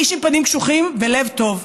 איש עם פנים קשוחים ולב טוב.